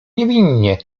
niewinnie